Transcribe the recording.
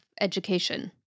education